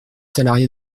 salariés